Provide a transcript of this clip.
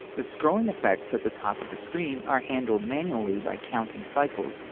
the scrolling effects at the top of the screen are handled manually by counting cycles,